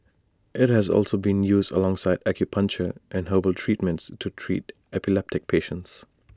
IT has also been used alongside acupuncture and herbal treatments to treat epileptic patients